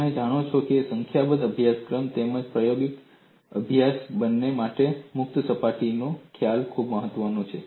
તમે જાણો છો સંખ્યાત્મક અભ્યાસ તેમજ પ્રાયોગિક અભ્યાસ બંને માટે મુક્ત સપાટીનો ખ્યાલ ખૂબ મહત્વનો છે